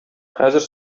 хәзер